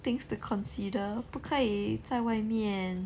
things to consider 不可以在外面